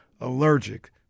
allergic